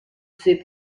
sait